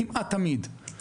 כמעט תמיד.